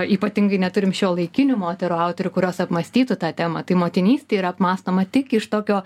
ypatingai neturim šiuolaikinių moterų autorių kurios apmąstytų tą temą tai motinystė yra apmąstoma tik iš tokio